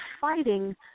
fighting